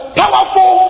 powerful